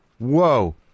Whoa